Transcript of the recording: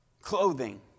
clothing